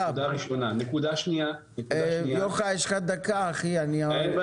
נקודה שנייה, יש פה